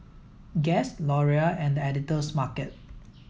Guess Laurier and The Editor's Market